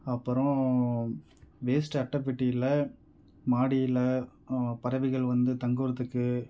அப்புறம் வேஸ்ட்டு அட்டை பெட்டியில் மாடியில் பறவைகள் வந்து தங்குறதுக்கு